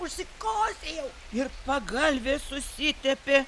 užsikosėjau ir pagalvė susitepė